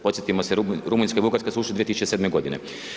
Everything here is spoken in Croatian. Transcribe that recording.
Podsjetimo se Rumunjska i Bugarska su ušle 2007. godine.